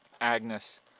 Agnes